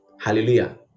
hallelujah